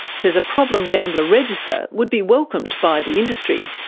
says a problem gambler register would be welcomed by the industry.